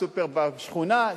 סופר בשכונה,